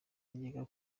najyaga